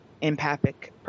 empathic